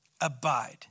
abide